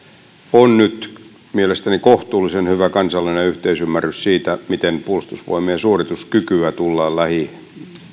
on nyt mielestäni kohtuullisen hyvä kansallinen yhteisymmärrys siitä miten puolustusvoimien suorituskykyä tullaan lähivuosien